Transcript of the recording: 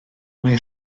mae